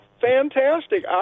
Fantastic